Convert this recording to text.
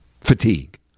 fatigue